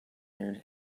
near